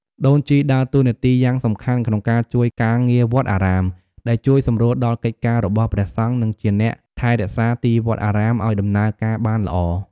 ដូនជីដើរតួនាទីយ៉ាងសំខាន់ក្នុងការជួយការងារវត្តអារាម ដែលជួយសម្រួលដល់កិច្ចការរបស់ព្រះសង្ឃ និងជាអ្នកថែរក្សាទីវត្តអារាមអោយដំណើរការបានល្អ។